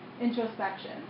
introspection